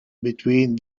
between